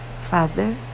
father